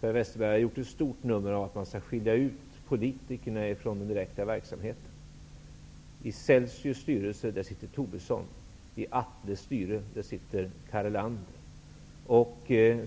Per Westerberg har gjort ett stort nummer av att man skall skilja ut politikerna från den direkta verksamheten. I Celsius styrelse sitter